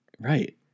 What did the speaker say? Right